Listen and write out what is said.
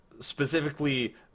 specifically